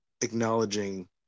acknowledging